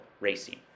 racing